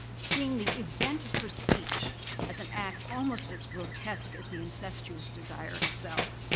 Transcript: seeing the event of her speech as an act almost as grotesque as the incestuous desire itself.